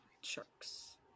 sharks